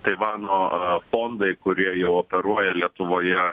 taivano fondai kurie jau operuoja lietuvoje